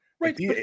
right